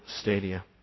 stadia